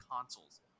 consoles